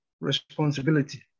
responsibility